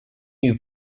new